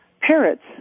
parrots